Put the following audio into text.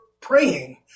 praying